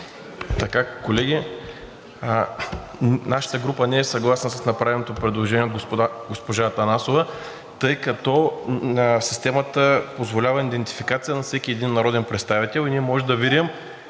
Колеги, нашата група не е съгласна с направеното предложение от госпожа Атанасова, тъй като системата позволява идентификация на всеки един народен представител и ние може да видим